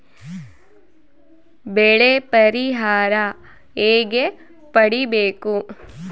ಬೆಳೆ ಪರಿಹಾರ ಹೇಗೆ ಪಡಿಬೇಕು?